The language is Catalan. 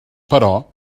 però